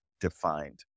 defined